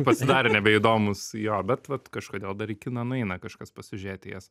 pasidarė nebeįdomūs jo bet vat kažkodėl dar kiną nueina kažkas pasižiūrėti jas